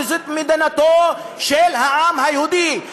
שזאת מדינתו של העם היהודי,